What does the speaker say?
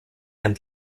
and